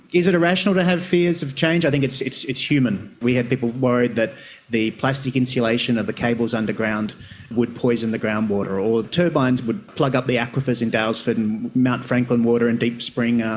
is it irrational to have fears of change? i think it's it's human. we had people worried that the plastic insulation of the cables underground would poison the groundwater, or turbines would plug up the aquifers in daylesford, and mount franklin water and deep spring,